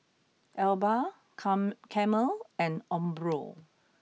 Alba come Camel and Umbro